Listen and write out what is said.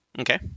Okay